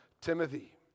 Timothy